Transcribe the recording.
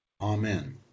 Amen